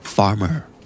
Farmer